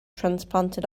transplanted